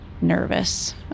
nervous